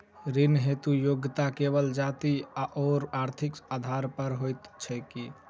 ऋण हेतु योग्यता केवल जाति आओर आर्थिक आधार पर होइत छैक की?